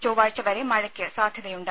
ചൊവ്വാഴ്ച വരെ മഴയ്ക്ക് സാധ്യതയുണ്ട്